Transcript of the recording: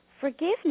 forgiveness